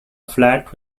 flat